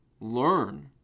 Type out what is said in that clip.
Learn